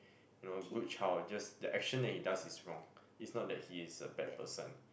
you know good child just the action that he does is wrong it's not that he is a bad person